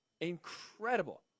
incredible